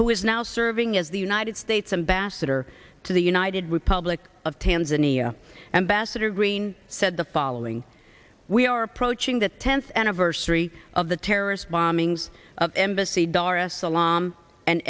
who is now serving as the united states ambassador to the united republic of tanzania embassador green said the following we are approaching the tenth anniversary of the terrorist bombings of embassy dar es sal